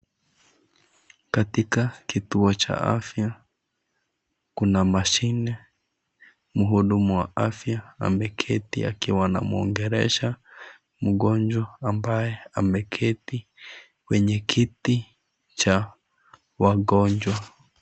Katika kituo cha afya kuna mashine, muudumu wa afya ameketi akiwa anamwongelesha mgonjwa ambaye ameketi kwenye kiti cha wagonjwa.